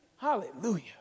Hallelujah